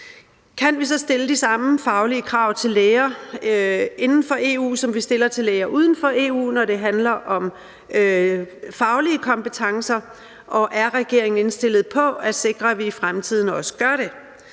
Kan vi så stille de samme faglige krav til læger inden for EU, som vi stiller til læger, der kommer fra lande uden for EU, når det handler om faglige kompetencer, og er regeringen indstillet på at sikre, at vi også gør det